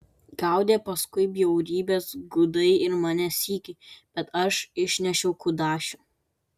gaudė paskui bjaurybės gudai ir mane sykį bet aš išnešiau kudašių